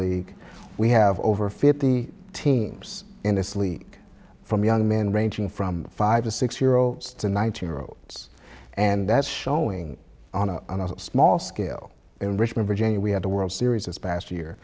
league we have over fifty teams in this leak from young men ranging from five to six year olds to nineteen year olds and that's showing on a small scale in richmond virginia we had a world series as past year